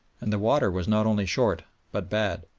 and the water was not only short but bad.